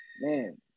man